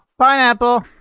Pineapple